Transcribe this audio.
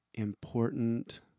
Important